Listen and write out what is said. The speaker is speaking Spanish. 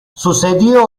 sucedió